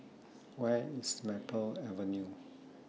Where IS Maple Avenue